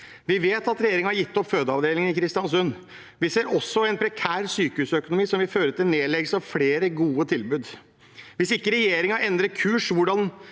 Vi vet at regjeringen har gitt opp fødeavdelingen i Kristiansund. Vi ser også en prekær sykehusøkonomi som vil føre til nedleggelse av flere gode tilbud. Hvis ikke regjeringen endrer kurs med